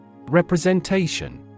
Representation